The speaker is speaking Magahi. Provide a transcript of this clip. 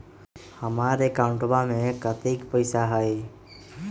हमार अकाउंटवा में कतेइक पैसा हई?